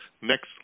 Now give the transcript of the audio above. next